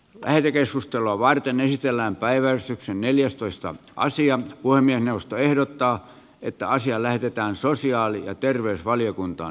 lähetekeskustelua varten esitellään päiväys neljästoista asian voi puhemiesneuvosto ehdottaa että asia lähetetään sosiaali ja terveysvaliokuntaan